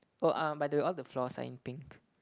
oh um by the way all the floors are in pink